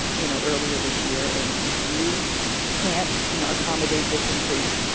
you know, earlier this year. and if you can't, you know, accommodate this increase,